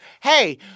Hey